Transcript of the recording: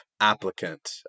applicant